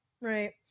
Right